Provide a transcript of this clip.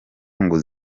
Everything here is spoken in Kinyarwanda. ngo